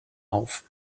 auf